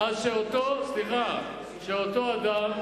שאותו אדם